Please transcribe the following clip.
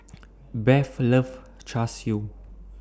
Beth loves Char Siu